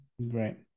Right